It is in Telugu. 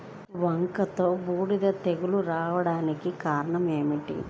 వంగలో బూడిద తెగులు రావడానికి కారణం ఏమిటి?